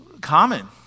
common